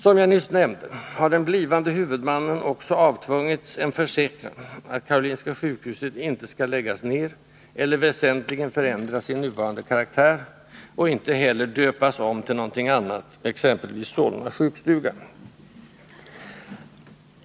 Som jag nyss nämnde har den blivande huvudmannen också avtvungits en försäkan att Karolinska sjukhuset inte skall läggas ned eller väsentligen förändra sin nuvarande karaktär, och ej heller döpas om till något annat, exempelvis Solna sjukstuga.